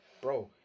bro